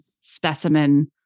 specimen